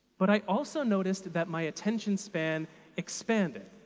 but i also noticed that my attention span expanded.